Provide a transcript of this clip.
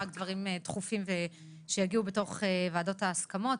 רק דברים דחופים שיגיעו בתוך ועדת ההסכמות.